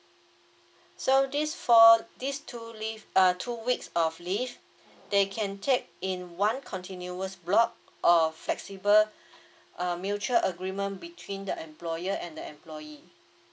so this four this two leave uh two weeks of leave they can take in one continuous block of flexible uh mutual agreement between the employer and the employee